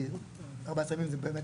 כי 14 ימים זה באמת